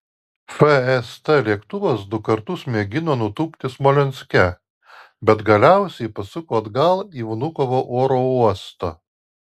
fst lėktuvas du kartus mėgino nutūpti smolenske bet galiausiai pasuko atgal į vnukovo oro uostą